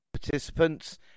Participants